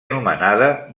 anomenada